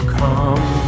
come